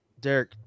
Derek